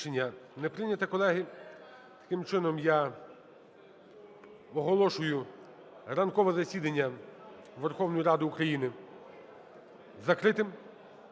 не прийняте, колеги. Таким чином, я оголошую ранкове засідання Верховної Ради України закритим.